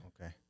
Okay